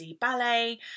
ballet